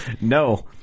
No